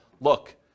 look